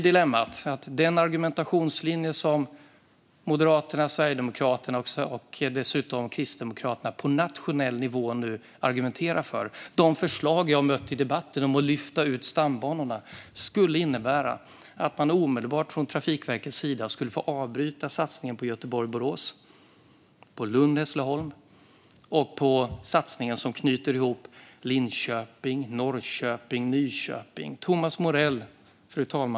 Dilemmat är att den linje som Moderaterna, Sverigedemokraterna och dessutom Kristdemokraterna nu argumenterar för på nationell nivå och de förslag om att lyfta ut stambanorna som jag har mött i debatten skulle innebära att Trafikverket omedelbart skulle få avbryta satsningen på Göteborg-Borås och Lund-Hässleholm och den satsning som knyter ihop Linköping, Norrköping och Nyköping. Fru talman!